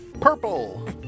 Purple